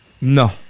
No